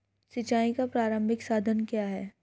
सिंचाई का प्रारंभिक साधन क्या है?